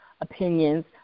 opinions